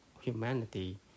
humanity